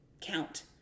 count